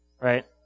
right